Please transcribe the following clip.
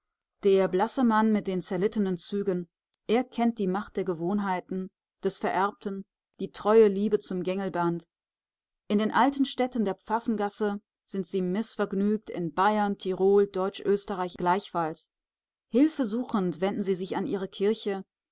der blasse mann mit den zerlittenen zügen er kennt die macht der gewohnheiten des vererbten die treue liebe zum gängelband in den alten städten an der pfaffengasse sind sie mißvergnügt in bayern tirol deutsch-österreich gleichfalls hilfesuchend wenden sie sich an ihre kirche